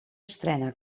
estrena